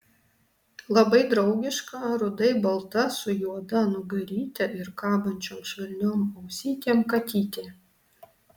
labai draugiška rudai balta su juoda nugaryte ir kabančiom švelniom ausytėm katytė